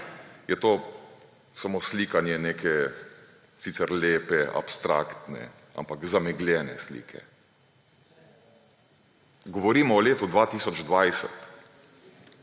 je to samo slikanje neke sicer lepe abstraktne, ampak zamegljene slike. Govorimo o letu 2020,